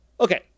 Okay